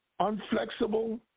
unflexible